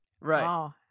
Right